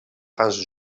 fans